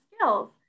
skills